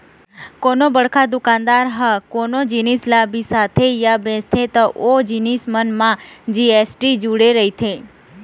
कोनो बड़का दुकानदार ह कोनो जिनिस ल बिसाथे या बेचथे त ओ जिनिस मन म जी.एस.टी जुड़े रहिथे